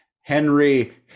Henry